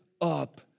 up